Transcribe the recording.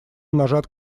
нажат